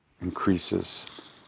increases